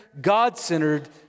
God-centered